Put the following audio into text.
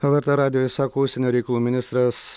lrt radijui sako užsienio reikalų ministras